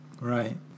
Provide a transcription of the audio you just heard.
Right